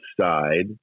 side